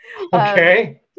Okay